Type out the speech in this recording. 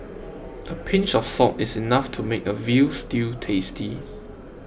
a pinch of salt is enough to make a Veal Stew tasty